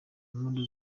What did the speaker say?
impundu